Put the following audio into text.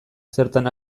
zertan